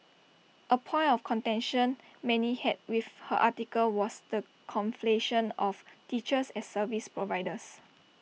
A point of contention many had with her article was the conflation of teachers as service providers